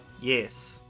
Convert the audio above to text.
Yes